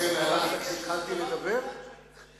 אבל אם יש איזה דבר קטן